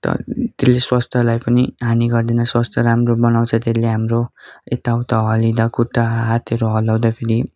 अन्त त्यसले स्वास्थ्यलाई पनि हानी गर्दैन स्वास्थ्य राम्रो बनाउँछ त्यसले हाम्रो यताउता हल्लिँदा खुट्टा हातहरू हल्लाउँदाखेरि